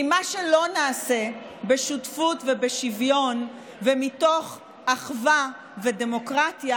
כי מה שלא נעשה בשותפות ובשוויון ומתוך אחווה ודמוקרטיה,